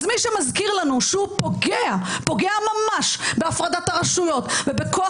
אז מי שמזכיר לנו שהוא פוגע ממש בהפרדת הרשויות ובכוח